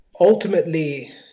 Ultimately